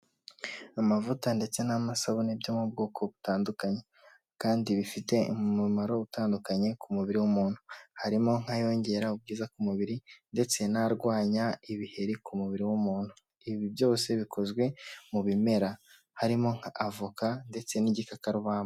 Amavuta ndetse n'amasabune byo mu bwoko butandukanye kandi bifite umumaro utandukanye ku mubiri w'umuntu. Harimo nk'ayongera ubwiza ku mubiri, ndetse n'arwanya ibiheri ku mubiri w'umuntu. Ibi byose bikozwe mu bimera, harimo nka avoka ndetse n'igikakarubamba.